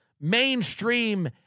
mainstream